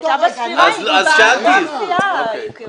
היא הייתה בספירה, היא נציגת סיעה, יואב.